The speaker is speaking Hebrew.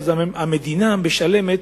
ואז המדינה משלמת